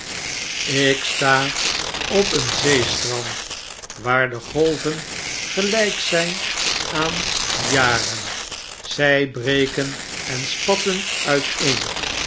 ik sta op een zeestrand waar de golvengelyk zyn aan jaren zij breken en spatten uiteen